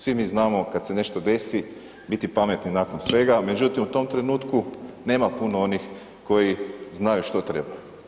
Svi mi znamo kad se nešto desi biti pametni nakon svega međutim u tom trenutku nema puno onih koji znaju što treba.